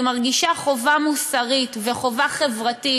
אני מרגישה חובה מוסרית וחובה חברתית,